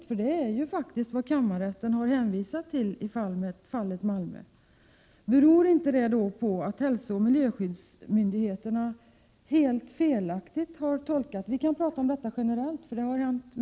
Kammarrätten har ju faktiskt hänvisat till detta i fallet Malmö. Vi kan tala om det här helt generellt, eftersom det har hänt mer än en gång, även om det nu är ett speciellt fall som vi tänker på.